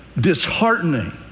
disheartening